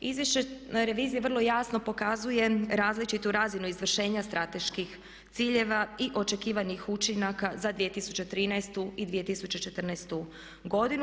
Izvješće revizije vrlo jasno pokazuje različitu razinu izvršenja strateških ciljeva i očekivanih učinaka za 2013. i 2014. godinu.